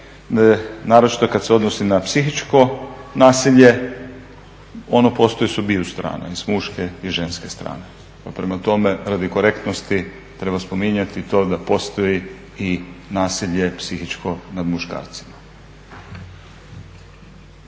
naročito kad se odnosi na psihičko nasilje, ono postoji s obiju strana, s muške i ženske strane. Pa prema tome, radi korektnosti treba spominjati i to da postoji i nasilje psihičko nad muškarcem.